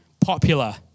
popular